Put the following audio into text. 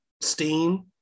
steam